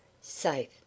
Safe